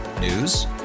News